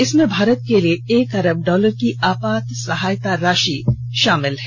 इसमें भारत के लिए एक अरब डॉलर की आपात सहायता शामिल है